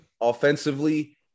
offensively